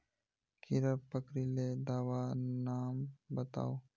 कीड़ा पकरिले दाबा नाम बाताउ?